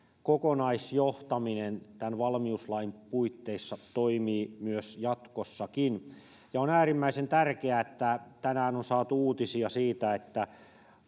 kokonaisjohtaminen tämän valmiuslain puitteissa toimii jatkossakin ja on äärimmäisen tärkeää että tänään on saatu uutisia siitä että